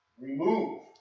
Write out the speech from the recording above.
remove